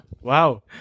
Wow